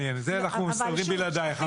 השטחים האלה.